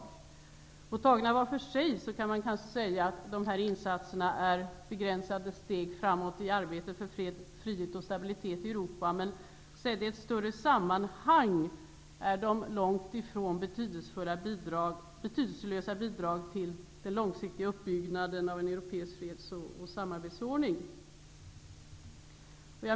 Tagna var för sig kan man kanske säga att dessa insatser är begränsade steg framåt i arbetet för fred, frihet och stabilitet i Europa, men sett i ett större sammanhang är insatserna långt ifrån betydelselösa bidrag till den långsiktiga uppbyggnaden av en europeisk freds och samarbetsordning.